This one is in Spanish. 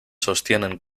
sostienen